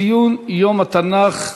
ציון יום התנ"ך,